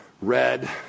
red